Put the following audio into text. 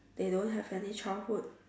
they don't have any childhood